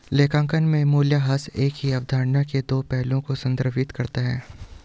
लेखांकन में मूल्यह्रास एक ही अवधारणा के दो पहलुओं को संदर्भित करता है